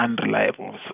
unreliable